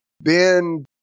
Ben